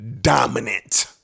dominant